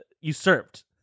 usurped